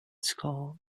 skull